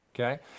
Okay